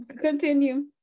Continue